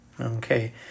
Okay